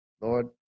Lord